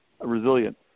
Resilient